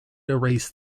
erase